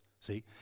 See